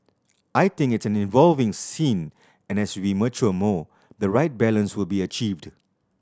I think it's an evolving scene and as we mature more the right balance will be achieved